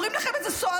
אומרים לכם את זה סוהרים,